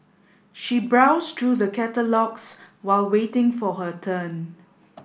she browsed through the catalogues while waiting for her turn